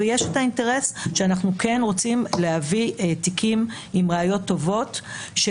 אנחנו כן רוצים להביא תיקים עם ראיות טובות,